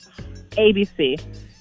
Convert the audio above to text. ABC